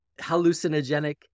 hallucinogenic